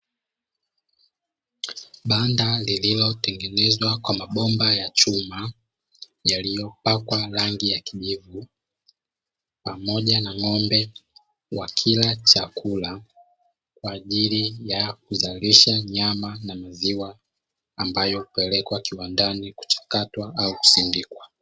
Banda lililotengenezwa kwa mabomba ya chuma yaliyopakwa rangi ya kijivu, pamoja na ng'ombe wakila chakula kwa ajili ya kuzalisha nyama na maziwa ambayo hupelekwa kiwandani kuchakatwa au kusindikwa.